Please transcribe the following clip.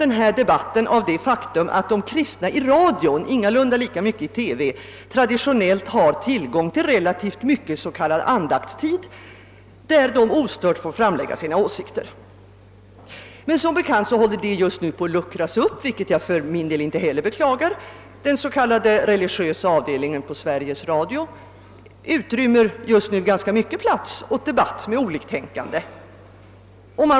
Nu förvirras debatten av det faktum att de kristna i radion — ingalunda lika mycket i TV — traditionellt har tillgång till relativt mycket s.k. andaktstid, när de ostört får framlägga sina åsikter. Men som bekant håller detta numera på att luckras upp, vilket jag för min del inte heller beklagar, och den s.k. religiösa avdelningen på Sveriges Radio inrymmer just nu mycket debatt med oliktänkande.